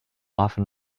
often